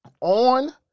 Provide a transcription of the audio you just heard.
on